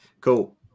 Cool